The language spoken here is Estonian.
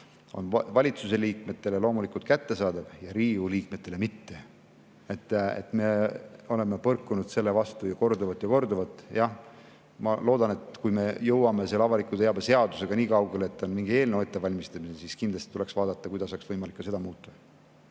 valitsuse liikmetele loomulikult kättesaadav, aga Riigikogu liikmetele mitte. Me oleme põrkunud selle probleemi vastu korduvalt ja korduvalt. Jah, ma loodan, et kui me jõuame selle avaliku teabe seadusega nii kaugele, et mingi eelnõu on ettevalmistamisel, siis kindlasti tuleks vaadata, kuidas oleks võimalik seda muuta.